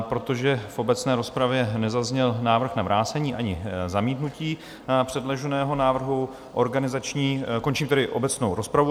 Protože v obecné rozpravě nezazněl návrh na vrácení ani zamítnutí předloženého návrhu, končím tedy obecnou rozpravu.